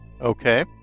okay